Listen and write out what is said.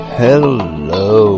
hello